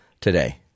today